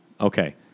Okay